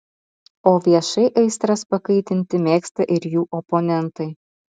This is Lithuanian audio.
o viešai aistras pakaitinti mėgsta ir jų oponentai